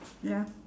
ya